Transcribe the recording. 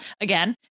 Again